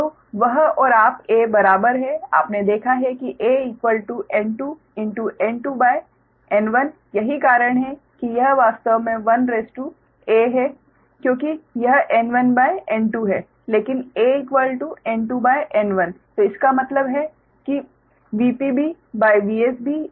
तो वह और आप 'a' बराबर है आपने देखा है कि aN2 N2N1 यही कारण है कि यह वास्तव में 1a है क्योंकि यह N1N2 है लेकिन a N2N1 तो इसका मतलब है कि VpB VsB 1a है